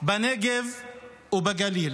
בנגב ובגליל.